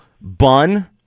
bun